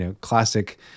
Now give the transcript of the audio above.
classic